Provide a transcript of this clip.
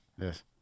Yes